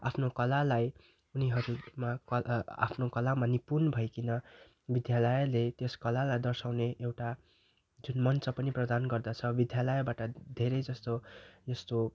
आफ्नो कलालाई उनीहरूमा कला आफ्नो कलामा निपुण भइकन विद्यालयले त्यस कलालाई दर्साउने एउटा जुन मन्त्र पनि प्रदान गर्दछ विद्यालयबाट धेरै जस्तो यस्तो